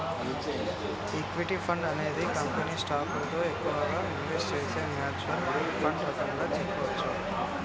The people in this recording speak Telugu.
ఈక్విటీ ఫండ్ అనేది కంపెనీల స్టాకులలో ఎక్కువగా ఇన్వెస్ట్ చేసే మ్యూచ్వల్ ఫండ్ రకంగా చెప్పచ్చు